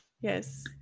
yes